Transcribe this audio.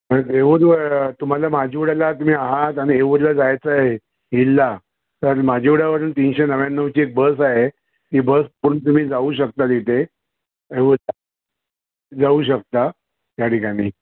येऊरला तुम्हाला माजीवड्याला तुम्ही आहात आणि येऊरला जायचं आहे हिलला कारण माजीवड्यावरून तीनशे नव्व्याण्णवची एक बस आहे ती बस पकडून तुम्ही जाऊ शकता इथे जाऊ शकता त्या ठिकाणी